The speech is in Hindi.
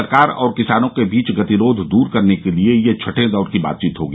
सरकार और किसानों के बीच गतिरोध दूर करने के लिए यह छठे दौर की बातचीत होगी